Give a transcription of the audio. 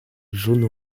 jaune